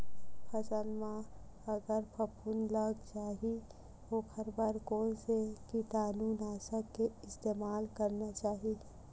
फसल म अगर फफूंद लग जा ही ओखर बर कोन से कीटानु नाशक के इस्तेमाल करना चाहि?